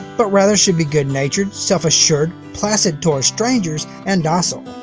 but rather should be good-natured, self-assured, placid towards strangers, and docile.